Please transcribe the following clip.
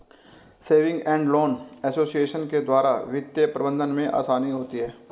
saving and loan association के द्वारा वित्तीय प्रबंधन में आसानी होती है